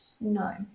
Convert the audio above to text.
No